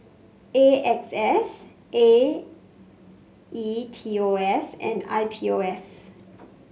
A X S A E T O S and I P O S